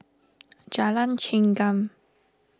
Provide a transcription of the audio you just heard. Jalan Chengam